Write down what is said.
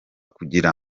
kugira